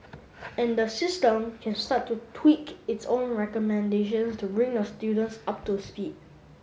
and the system can start to tweak its own recommendations to bring the students up to speed